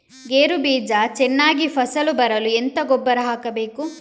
ಗೇರು ಬೀಜ ಚೆನ್ನಾಗಿ ಫಸಲು ಬರಲು ಎಂತ ಗೊಬ್ಬರ ಹಾಕಬೇಕು?